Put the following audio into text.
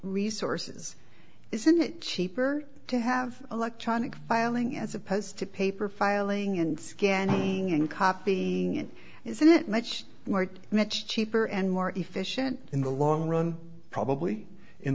resources isn't it cheaper to have electronic filing as opposed to paper filing and scanning and copy is it much more much cheaper and more efficient in the long run probably in